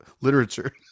literature